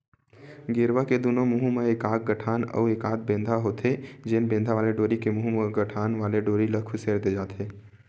गेरवा के दूनों मुहूँ म एकाक गठान अउ एकाक बेंधा होथे, जेन बेंधा वाले डोरी के मुहूँ म गठान वाले डोरी ल खुसेर दे जाथे